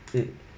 mm